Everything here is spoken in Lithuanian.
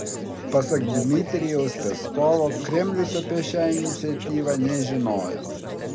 pasak dmitrijaus peskovo kremlius apie šią iniciatyvą nežinojo